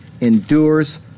endures